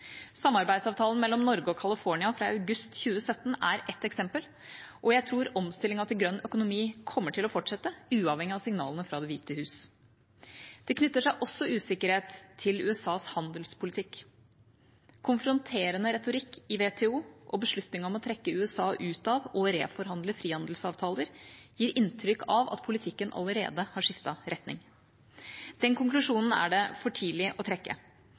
Samarbeidsavtalen mellom Norge og California fra august 2017 er ett eksempel, og jeg tror omstillingen til grønn økonomi kommer til å fortsette – uavhengig av signalene fra Det hvite hus. Det knytter seg også usikkerhet til USAs handelspolitikk. Konfronterende retorikk i WTO og beslutningen om å trekke USA ut av – og reforhandle – frihandelsavtaler gir inntrykk av at politikken allerede har skiftet retning. Den konklusjonen er det for tidlig å trekke.